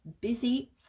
Busy